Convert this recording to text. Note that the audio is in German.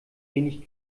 wenig